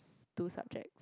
two subjects